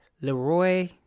Leroy